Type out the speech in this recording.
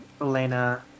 Elena